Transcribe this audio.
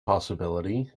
possibility